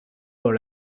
dans